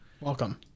Welcome